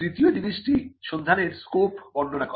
তৃতীয় জিনিসটি সন্ধানের স্কোপ বর্ণনা করা